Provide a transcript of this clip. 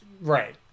Right